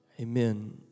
amen